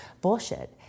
bullshit